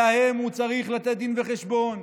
להם הוא צריך לתת דין וחשבון.